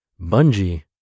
bungee